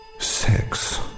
Sex